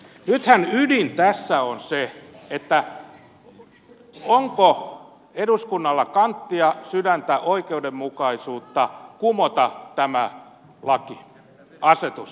nythän ydin tässä on se onko eduskunnalla kanttia sydäntä oikeudenmukaisuutta kumota tämä asetus